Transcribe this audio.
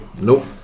Nope